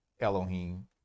Elohim